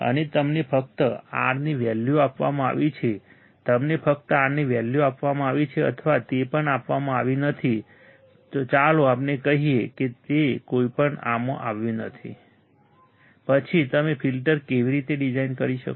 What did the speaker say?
અને તમને ફક્ત R ની વેલ્યુ આપવામાં આવી છે તમને ફક્ત R ની વેલ્યુ આપવામાં આવી છે અથવા તે પણ આપવામાં આવી નથી ચાલો આપણે કહીએ કે તે પણ આપવામાં આવ્યું નથી તો પછી તમે ફિલ્ટર કેવી રીતે ડિઝાઇન કરી શકો